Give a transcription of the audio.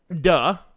Duh